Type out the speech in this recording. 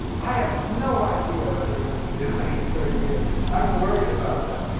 i have no idea what they're going to be doing in thirty years. i'm worried about them.